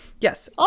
Yes